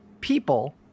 people